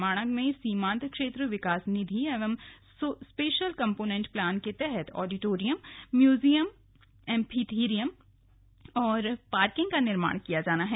माणा में सीमांत क्षेत्र विकास निधि एवं स्पेशल कंपोनेंट प्लान के तहत ऑडिटोरियम म्यूजियम एम्पीथियेटर और पार्किंग का निर्माण किया जाएगा